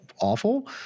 awful